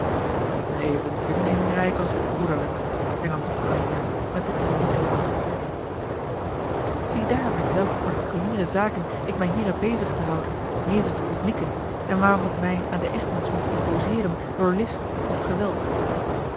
even vindingrijk als broederlijk hernam de freiherr met zijn ironieken lach ziedaar met welke particuliere zaken ik mij hier heb bezig te houden nevens de publieke en waarom ik mij aan de egmonds moet imposeeren door list of geweld